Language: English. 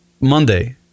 Monday